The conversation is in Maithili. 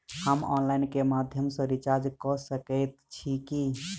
हम ऑनलाइन केँ माध्यम सँ रिचार्ज कऽ सकैत छी की?